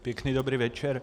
Pěkný dobrý večer.